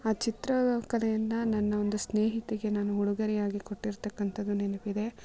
ಆ ಚಿತ್ರ ಕಲೆಯನ್ನು ನನ್ನ ಒಂದು ಸ್ನೇಹಿತೆಗೆ ನಾನು ಉಡುಗೊರೆಯಾಗಿ ಕೊಟ್ಟಿರ್ತಕ್ಕಂಥದ್ದು ನೆನಪಿದೆ